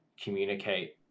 communicate